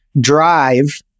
drive